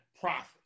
profit